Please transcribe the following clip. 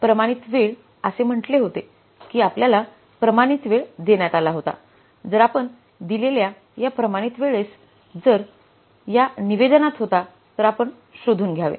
प्रमाणित वेळ असे म्हटले होते की आपल्याला प्रमाणित वेळ देण्यात आला होता जर आपण दिलेल्या या प्रमाणित वेळेस जर या निवेदनात होता तर आपण शोधून घ्यावे